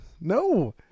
No